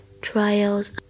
trials